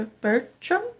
bertram